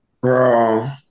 Bro